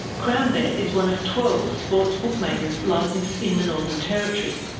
crownbet is one of twelve sports bookmakers licensed in the northern territory.